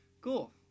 cool